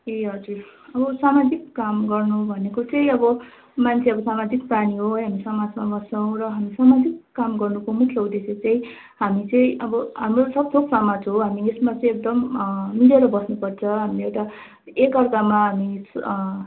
ए हजुर अब सामाजिक काम गर्नु भनेको चाहिँ अब मान्छे अब सामाजिक प्राणी हो है हामी समाजमा बस्छौँ र हामी सामाजिक काम गर्नुको मुख्य उद्देश्य चाहिँ हामी चाहिँ अब हाम्रो सब थोक समाज हो हामी यसमा चाहिँ एकदम मिलेर बस्नुपर्छ हामी एउटा एकअर्कामा हामी